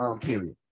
period